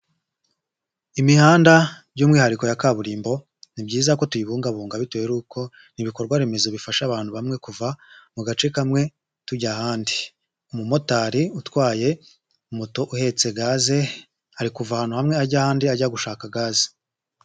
Imihanda by'umwihariko ya kaburimbo ni byiza ko tuyibungabunga bitewe n'uko ibikorwa remezo bifasha abantu bamwe kuva mu gace kamwe tujya ahandi. Umumotari utwaye moto uhetse gaze ari kuva ahantu hamwe ajya ahandi ajya gushaka gaze.